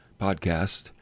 podcast